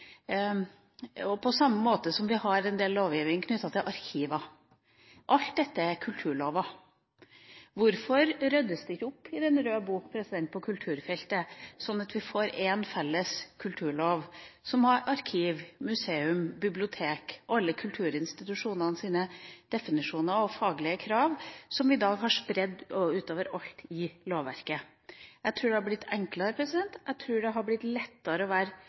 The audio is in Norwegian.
på samme måte som vi har en del lovgivning knyttet til arkiver. Alt dette er kulturlover. Hvorfor ryddes det ikke opp i den røde boka på kulturfeltet, sånn at vi får en felles kulturlov som har definisjonen på arkiv, museum, bibliotek – alle kulturinstitusjonene – og de faglige kravene, som vi i dag har spredt utover alt i lovverket? Jeg tror det hadde blitt enklere, jeg tror det hadde blitt lettere å være